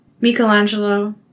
Michelangelo